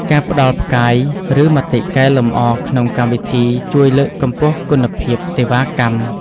ការផ្តល់ផ្កាយ ឬមតិកែលម្អក្នុងកម្មវិធី ជួយលើកកម្ពស់គុណភាពសេវាកម្ម។